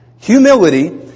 Humility